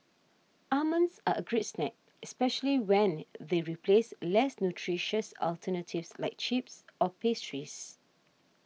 almonds are a great snack especially when they replace less nutritious alternatives like chips or pastries